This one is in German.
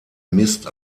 mist